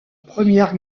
première